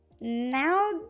Now